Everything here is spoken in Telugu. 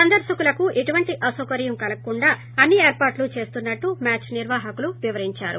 సందర్శకులకు ఎటువంటి అసౌకర్యం కలగకుండా అన్ని ఏర్పాట్లు చేస్తున్నట్లు మ్యాచ్ నిర్వాహకులు వివరించారు